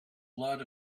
lot